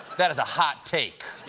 that is a hot take.